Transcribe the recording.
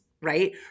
right